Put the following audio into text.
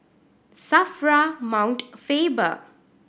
SAFRA Mount Faber